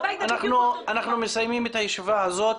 אנחנו מסיימים את הישיבה הזאת.